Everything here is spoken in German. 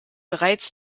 bereits